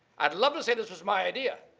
i'd love to say this was my idea,